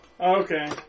Okay